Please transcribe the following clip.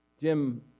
Jim